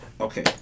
Okay